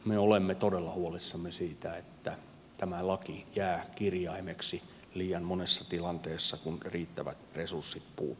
me olemme todella huolissamme siitä että tämä laki jää kirjaimeksi liian monessa tilanteessa kun riittävät resurssit puuttuvat